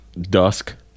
dusk